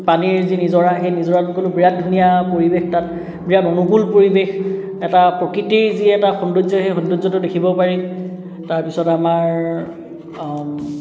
পানীৰ যি নিজৰা সেই নিজৰাত গ'লোঁ বিৰাট ধুনীয়া পৰিৱেশ তাত বিৰাট অনুকুল পৰিৱেশ এটা প্ৰকৃতিৰ যি এটা সৌন্দৰ্য্য সেই সৌন্দৰ্য্যটো দেখিব পাৰি তাৰপিছত আমাৰ